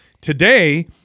Today